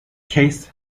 case